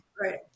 Right